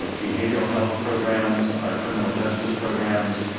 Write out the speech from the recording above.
ah behavioral health programs, our criminal justice programs